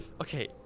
Okay